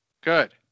Good